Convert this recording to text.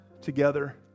together